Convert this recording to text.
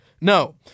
No